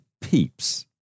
peeps